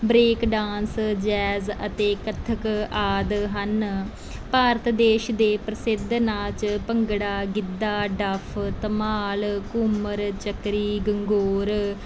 break dance jazz ਅਤੇ ਕੱਥਕ ਆਦਿ ਹਨ ਭਾਰਤ ਦੇਸ਼ ਦੇ ਪ੍ਰਸਿੱਧ ਨਾਚ ਭੰਗੜਾ ਗਿੱਧਾ ਡਫ ਧਮਾਲ ਘੂਮਰ ਝਾਕਰੀ ਗੰਗੌਰ